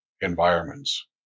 environments